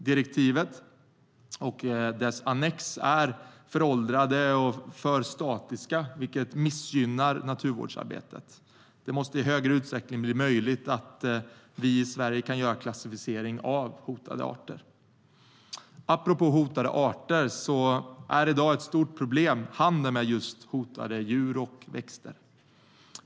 Direktivet och dess annex är föråldrade och för statiska, vilket missgynnar naturvårdsarbetet. Det måste i större utsträckning bli möjligt för oss i Sverige att göra klassificeringar av hotade arter. Apropå hotade arter är handeln med just hotade djur och växter i dag ett stort problem.